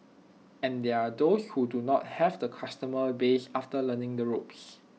and there are those who do not have the customer base after learning the ropes